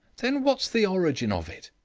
then what's the origin of it?